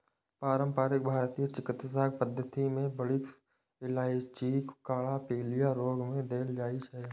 पारंपरिक भारतीय चिकित्सा पद्धति मे बड़की इलायचीक काढ़ा पीलिया रोग मे देल जाइ छै